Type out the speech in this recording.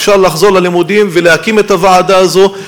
אפשר לחזור ללימודים ולהקים את הוועדה הזאת.